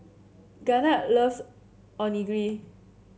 Garnet loves Onigiri